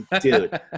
dude